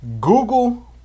google